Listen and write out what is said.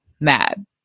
mad